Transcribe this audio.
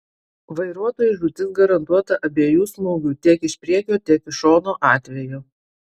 vairuotojui žūtis garantuota abiejų smūgių tiek iš priekio tiek iš šono atveju